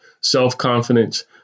self-confidence